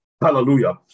Hallelujah